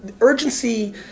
urgency